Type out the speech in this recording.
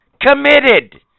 committed